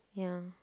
ya